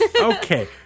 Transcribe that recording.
Okay